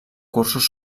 cursos